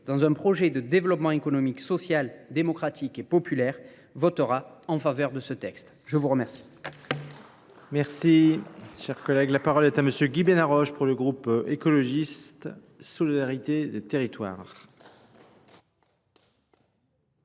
dans un projet de développement économique, social, démocratique et populaire votera en faveur de ce texte. Je vous remercie. Merci, cher collègue. La parole est à monsieur Guy Benaroche pour le groupe écologiste Solidarité des territoires.